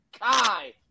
Kai